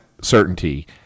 certainty